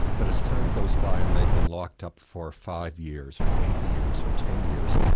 but as time goes by and they've been locked up for five years, or eight years, or ten years,